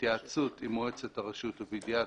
בהתייעצות עם מועצת הרשות ובידיעת